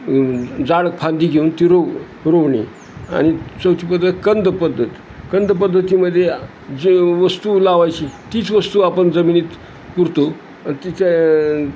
जाड फांदी घेऊन ती रो रोवणे आणि चौथी पद्धत कंद पद्धत कंद पद्धतीमध्ये जे वस्तू लावायची तीच वस्तू आपण जमिनीत पुरतो तिच्या